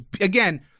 again